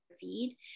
feed